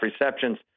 receptions